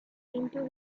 into